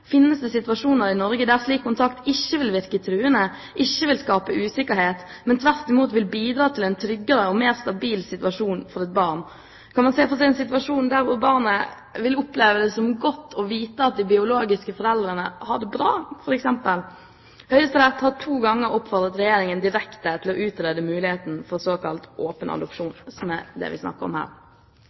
Finnes det situasjoner i Norge der en slik kontakt ikke vil virke truende, ikke vil skape usikkerhet, men tvert imot vil bidra til en tryggere og mer stabil situasjon for et barn? Kan man se for seg en situasjon der barnet vil oppleve det som godt å vite at de biologiske foreldrene har det bra, f.eks.? Høyesterett har to ganger oppfordret Regjeringen direkte til å utrede muligheten for såkalt åpen adopsjon, som er det vi snakker om her.